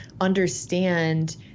understand